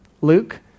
Luke